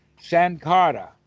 Sankara